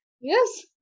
Yes